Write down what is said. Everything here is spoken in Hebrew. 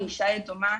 ילדה ואישה יתומה,